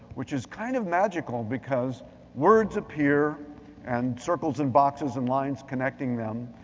which is kind of magical, because words appear and circles and boxes and lines connecting them,